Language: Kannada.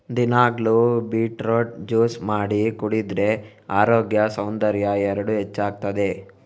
ದಿನಾಗ್ಲೂ ಬೀಟ್ರೂಟ್ ಜ್ಯೂಸು ಮಾಡಿ ಕುಡಿದ್ರೆ ಅರೋಗ್ಯ ಸೌಂದರ್ಯ ಎರಡೂ ಹೆಚ್ಚಾಗ್ತದೆ